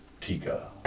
Tika